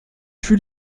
fut